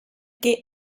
que